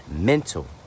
mental